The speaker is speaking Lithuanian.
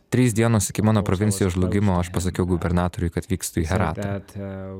trys dienos iki mano provincijos žlugimo aš pasakiau gubernatoriui kad vykstu į heratą